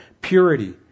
purity